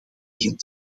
tegen